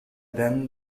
then